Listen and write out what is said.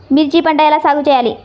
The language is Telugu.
మిర్చి పంట ఎలా సాగు చేయాలి?